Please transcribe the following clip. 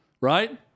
right